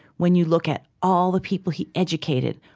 when you look at all the people he educated,